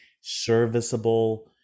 serviceable